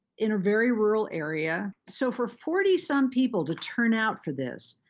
in a very rural area. so for forty some people to turn out for this,